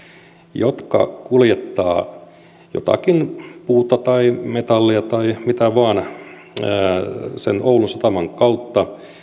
jotka kuljettavat jotakin puuta tai metallia tai mitä vain oulun sataman kautta